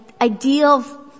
ideal